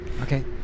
Okay